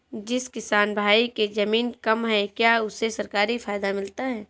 जिस किसान भाई के ज़मीन कम है क्या उसे सरकारी फायदा मिलता है?